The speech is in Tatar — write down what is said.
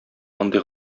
мондый